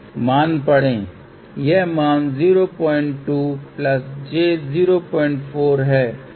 मान पढ़ें यह मान 02 j 04 है